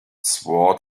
sword